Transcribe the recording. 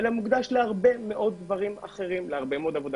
אלא להרבה מאוד דברים אחרים כמו עבודה